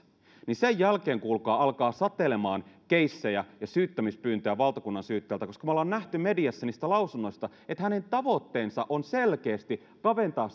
niin sen jälkeen kuulkaa alkaa satelemaan keissejä ja syyttämispyyntöjä valtakunnansyyttäjältä koska me olemme nähneet mediassa niistä lausunnoista että hänen tavoitteensa on selkeästi kaventaa